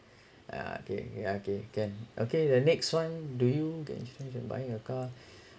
ah okay yeah okay can okay the next one do you can you get insurance then buy your car